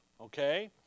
okay